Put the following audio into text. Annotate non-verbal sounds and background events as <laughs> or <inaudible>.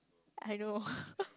I know <laughs>